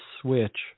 switch